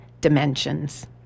dimensions